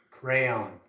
Crayon